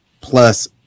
plus